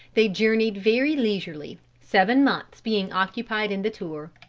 they journeyed very leisurely seven months being occupied in the tour.